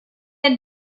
had